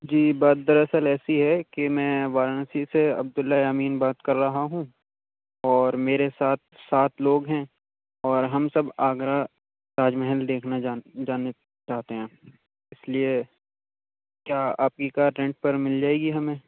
جی بات دراصل ایسی ہے کہ میں وارانسی سے عبد اللہ یامین بات کر رہا ہوں اور میرے ساتھ سات لوگ ہیں اور ہم سب آگرہ تاج محل دیکھنا جان جانا چاہتے ہیں اِس لیے کیا آپ کی کار رینٹ پر مل جائے گی ہمیں